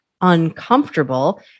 uncomfortable